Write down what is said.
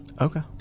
okay